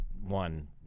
one